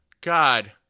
God